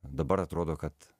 dabar atrodo kad